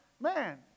man